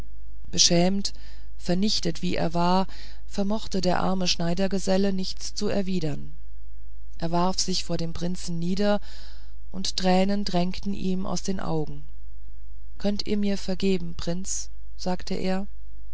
beschämt vernichtet wie er war vermochte der arme schneidergeselle nichts zu erwidern er warf sich vor dem prinzen nieder und tränen drangen ihm aus den augen könnt ihr mir vergeben prinz sagte er